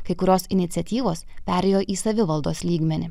kai kurios iniciatyvos perėjo į savivaldos lygmenį